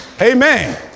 Amen